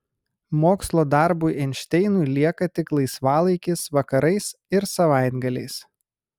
mokslo darbui einšteinui lieka tik laisvalaikis vakarais ir savaitgaliais